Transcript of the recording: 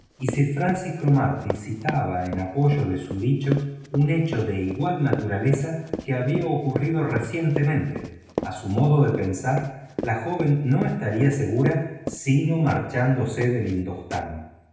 y sir francis cromarty citaba en apoyo de su dicho un hecho de igual naturaleza que había ocurrido recientemente a su modo de pensar la joven no estaría segura sino marchándose del